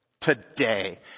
today